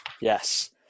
Yes